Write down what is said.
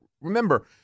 remember